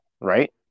right